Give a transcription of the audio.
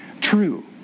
true